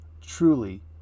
truly